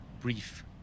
brief